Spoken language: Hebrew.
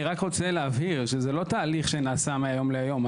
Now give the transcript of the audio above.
אני רק רוצה להבהיר שזה לא תהליך שנעשה מהיום להיום.